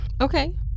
Okay